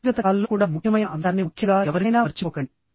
వ్యక్తిగత కాల్ లో కూడా ముఖ్యమైన అంశాన్ని ముఖ్యంగా ఎవరినైనా మర్చిపోకండి